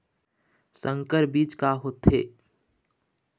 संकर बीज का होथे?